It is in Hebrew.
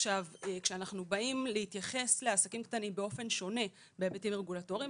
כאשר אנחנו באים להתייחס לעסקים קטנים באופן שונה בהיבטים רגולטוריים,